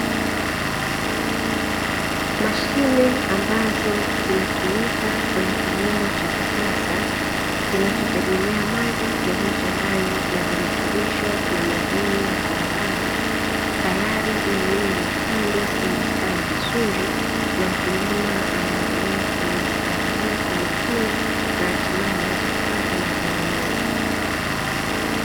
Mashine ambazo zinatumika kwenye kilimo cha kisasa kinachotegemea maji yaliyochanganywa na virutubisho na madini mbalimbali tayari mimea imepandwa imestawi vizuri na mkulima anaendelea kuiangalia kwa umakini, na hatimaye waweze kupata mavuno mengi.